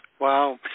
Wow